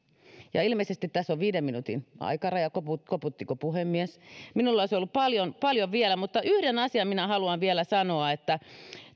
ilmeisesti tässä on viiden minuutin aikaraja koputtiko koputtiko puhemies minulla olisi ollut paljon paljon vielä mutta yhden asian minä haluan vielä sanoa